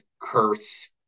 curse